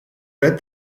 read